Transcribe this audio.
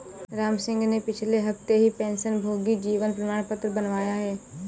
रामसिंह ने पिछले हफ्ते ही पेंशनभोगी जीवन प्रमाण पत्र बनवाया है